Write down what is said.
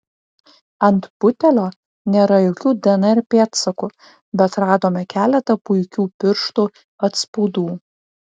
ant butelio nėra jokių dnr pėdsakų bet radome keletą puikių pirštų atspaudų